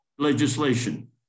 legislation